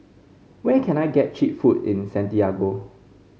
where can I get cheap food in Santiago